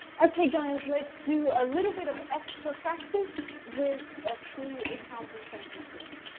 okay, guys. let's do a little bit of extra practice with a few example sentences.